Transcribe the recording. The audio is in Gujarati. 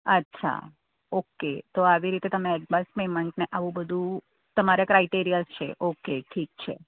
અચ્છા ઓકે તો આવી રીતે તમે એડવાન્સ પેમેન્ટને આવું બધું તમારા ક્રાઈટેરિયા છે ઓકે ઠીક છે